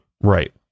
Right